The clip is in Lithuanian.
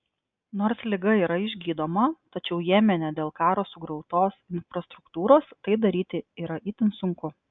nors liga yra išgydoma tačiau jemene dėl karo sugriautos infrastruktūros tai daryti yra itin sunku